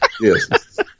Yes